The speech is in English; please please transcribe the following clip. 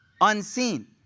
Unseen